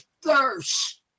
thirst